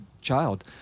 child